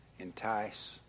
Entice